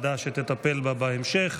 שתקבע ועדת הכנסת נתקבלה.